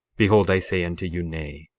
behold i say unto you, nay.